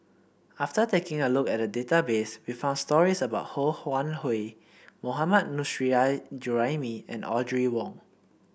after taking a look at the database we found stories about Ho Wan Hui Mohammad Nurrasyid Juraimi and Audrey Wong